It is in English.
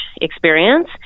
experience